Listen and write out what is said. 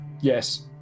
yes